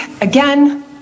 again